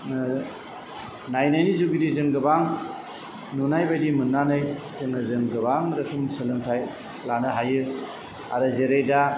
नायनायनि जुगेदि जों गोबां नुनाय बायदि मोन्नानै जोङो जों गोबां रोखोमनि सोलोंथाइ लानो हायो आरो जेरै दा